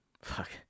fuck